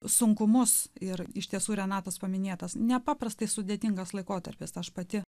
sunkumus ir iš tiesų renatos paminėtas nepaprastai sudėtingas laikotarpis aš pati